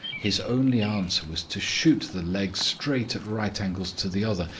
his only answer was to shoot the leg straight at right angles to the other,